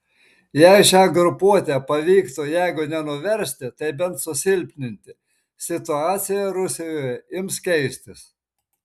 jei šią grupuotę pavyktų jeigu ne nuversti tai bent susilpninti situacija rusijoje ims keistis